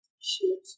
Shoot